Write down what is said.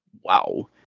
Wow